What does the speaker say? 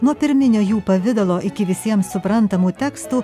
nuo pirminio jų pavidalo iki visiems suprantamų tekstų